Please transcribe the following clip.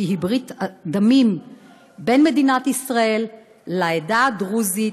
שהיא ברית הדמים בין מדינת ישראל לעדה הדרוזית,